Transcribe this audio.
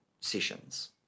sessions